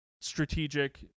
strategic